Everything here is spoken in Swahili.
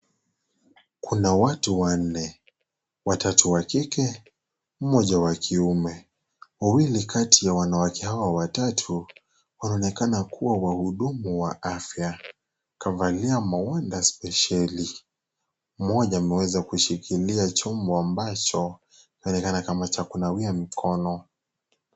Kuna watu wanne, watatu wa kike, mmoja wa kiume. Wawili kati ya wanawake hao watatu wanaonekana kuwa wahudumu wa afya kavalia magwanda spesheli. Mmoja ameweza kushikilia chombo ambacho kinaonekana kama cha kunawia mkono.